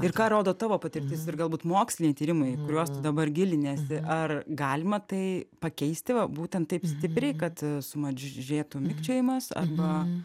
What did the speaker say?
ir ką rodo tavo patirtis ir galbūt moksliniai tyrimai į kuriuos tu dabar giliniesi ar galima tai pakeisti va būtent taip stipriai kad sumažėtų mikčiojimas arba